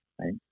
right